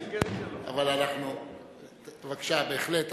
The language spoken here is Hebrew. אבל אנחנו, בבקשה, בהחלט.